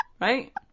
Right